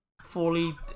fully